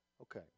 Okay